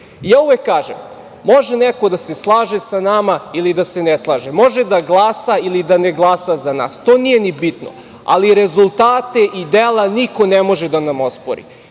uvek kažem, može neko da se slaže sa nama ili da se ne slaže, može da glasa ili da ne glasa za nas, to nije ni bitno, ali rezultate i dela niko ne može da nam ospori.